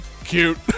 cute